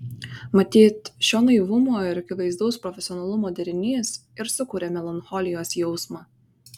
matyt šio naivumo ir akivaizdaus profesionalumo derinys ir sukuria melancholijos jausmą